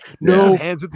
No